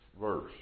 verse